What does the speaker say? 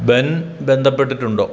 Ben ബന്ധപ്പെട്ടിട്ടുണ്ടോ